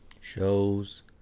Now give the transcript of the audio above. Shows